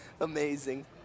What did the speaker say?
Amazing